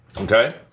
Okay